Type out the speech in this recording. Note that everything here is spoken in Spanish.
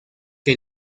que